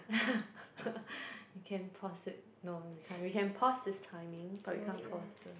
you can pause it no we can't we can pause this timing but we can't pause the